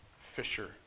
fisher